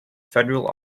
federal